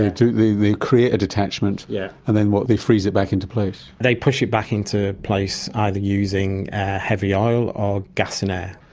they they create a detachment yeah and then, what, they freeze it back into place? they push it back into place either using a heavy oil or gas and air.